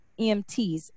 EMTs